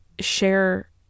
share